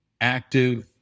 active